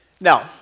Now